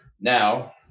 Now